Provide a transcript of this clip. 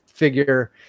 figure